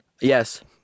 yes